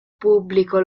pubblico